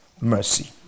mercy